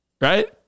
Right